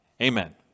amen